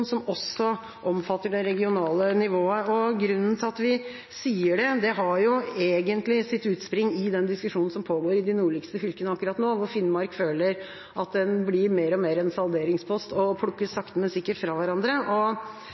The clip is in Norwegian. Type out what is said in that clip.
som også omfatter det regionale nivået. Det at vi sier det, har egentlig sitt utspring i den diskusjonen som pågår i de nordligste fylkene akkurat nå, hvor Finnmark føler at en blir mer og mer en salderingspost, og sakte, men sikkert plukkes fra hverandre.